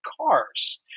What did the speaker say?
cars